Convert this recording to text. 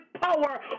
power